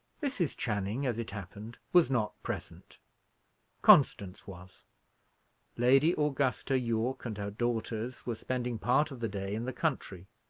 mrs. channing, as it happened, was not present constance was lady augusta yorke and her daughters were spending part of the day in the country,